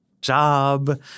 job